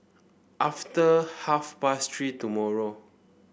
after half past Three tomorrow